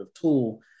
tool